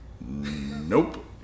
Nope